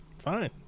fine